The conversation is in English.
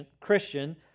Christian